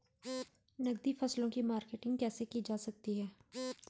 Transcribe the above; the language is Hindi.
नकदी फसलों की मार्केटिंग कैसे की जा सकती है?